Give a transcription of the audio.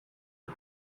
the